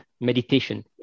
meditation